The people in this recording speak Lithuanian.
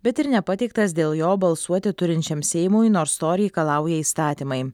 bet ir nepateiktas dėl jo balsuoti turinčiam seimui nors to reikalauja įstatymai